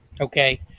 okay